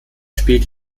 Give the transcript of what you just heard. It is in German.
spielt